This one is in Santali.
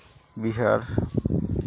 ᱵᱤᱦᱟᱨ